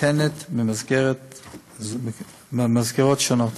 ניתנים במסגרות שונות.